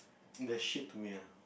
they're shit to me ah